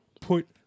put